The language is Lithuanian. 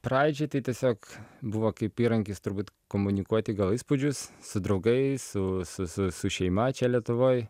braižyti tiesiog buvo kaip įrankis turbūt komunikuoti gal įspūdžius su draugais su su su su šeima čia lietuvoj